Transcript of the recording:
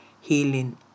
healing